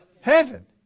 Heaven